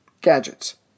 gadgets